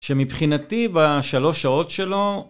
שמבחינתי בשלוש שעות שלו...